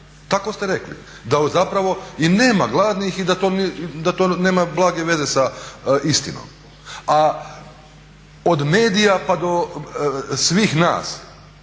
tako ste rekli, da zapravo i nema gladnih i to nema blage veze sa istinom. A od medija i svih nas